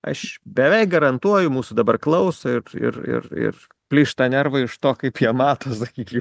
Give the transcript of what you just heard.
aš beveik garantuoju mūsų dabar klauso ir ir ir ir plyšta nervai iš to kaip jie mato sakykim